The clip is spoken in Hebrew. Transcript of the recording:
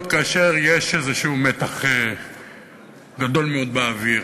כאשר יש איזשהו מתח גדול מאוד באוויר.